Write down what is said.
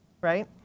right